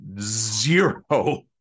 zero